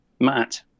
Matt